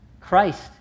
Christ